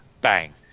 bang